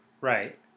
Right